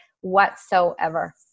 whatsoever